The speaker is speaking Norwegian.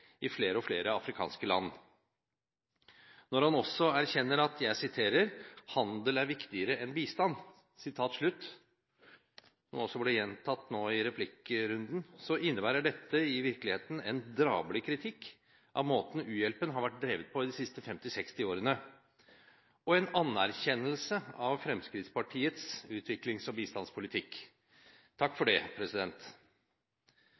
i flere og flere afrikanske land. Når han også erkjenner at handel er viktigere enn bistand, noe som ble gjentatt nå i replikkrunden, innebærer dette i virkeligheten en drabelig kritikk av måten u-hjelpen har vært drevet på de siste 50–60 årene, og en anerkjennelse av Fremskrittspartiets utviklings- og bistandspolitikk. Takk